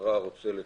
בקצרה רוצה לתמצת.